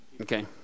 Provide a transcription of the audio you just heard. Okay